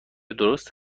درست